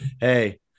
Hey